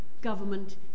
government